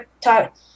talk